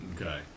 Okay